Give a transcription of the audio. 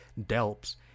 delps